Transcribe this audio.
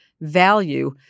value